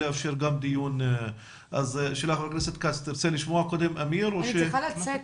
אני צריכה לצאת.